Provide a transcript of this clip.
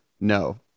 no